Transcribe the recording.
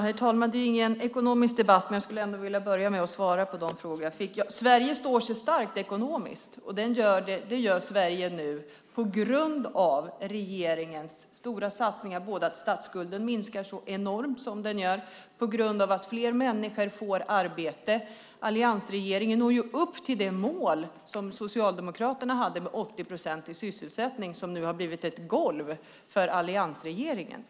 Herr talman! Det här är ingen ekonomisk debatt. Jag skulle ändå vilja börja med att svara på de frågor jag fått. Ja, Sverige står starkt ekonomiskt. Det gör Sverige nu på grund av regeringens stora satsningar. Statsskulden minskar enormt mycket tack vare att fler människor får arbete. Alliansregeringen når upp till Socialdemokraternas mål om 80 procents sysselsättning som nu har blivit ett golv för alliansregeringen.